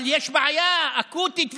אבל יש בעיה אקוטית וכרונית.